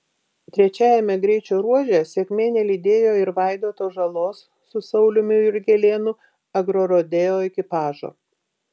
trečiajame greičio ruože sėkmė nelydėjo ir vaidoto žalos su sauliumi jurgelėnu agrorodeo ekipažo